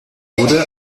wurde